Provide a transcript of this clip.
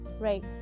Right